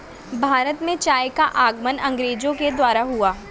भारत में चाय का आगमन अंग्रेजो के द्वारा हुआ